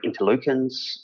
interleukins